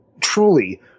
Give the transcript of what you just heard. truly